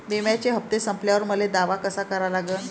बिम्याचे हप्ते संपल्यावर मले दावा कसा करा लागन?